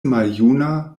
maljuna